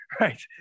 right